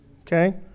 Okay